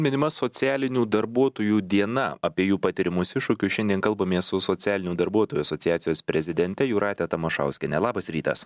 minima socialinių darbuotojų diena apie jų patiriamus iššūkius šiandien kalbamės su socialinių darbuotojų asociacijos prezidente jūrate tamašauskiene labas rytas